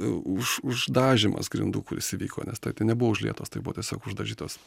už uždažymas grindų kuris įvyko nes tai tai nebuvo užlietos tai buvo tiesiog uždažytos